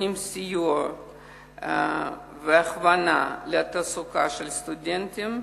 נותנים סיוע והכוונה לתעסוקה לסטודנטים,